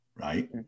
right